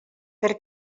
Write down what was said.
per